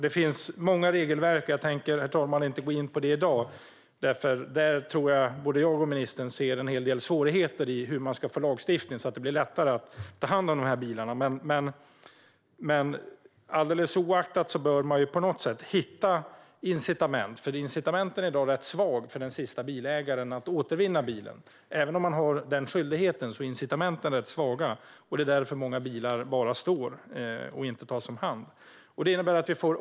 Det finns många regelverk. Jag tänker inte gå in på dem i dag. Jag tror att både jag och ministern ser en hel del svårigheter i att få fram lagstiftning som gör det lättare att ta hand om bilarna. Men incitamenten bör tas fram. Incitamenten är i dag svaga för den sista bilägaren att återvinna bilen. Även om skyldigheten finns är incitamenten svaga. Det är därför många bilar bara står och inte tas om hand.